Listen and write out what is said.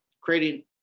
creating